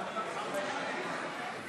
עד עשר דקות לרשותך.